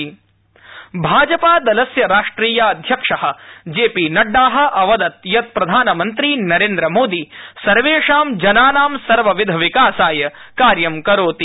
नड्डा भाजपादलस्य राष्ट्रियाध्यक्ष जेपी नड्डा अवदत प्यत प्रधानमन्त्री नरेन्द्रमोदी सर्वेषां जनानां सर्वविध विकासाय कार्य करोति